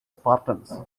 spartans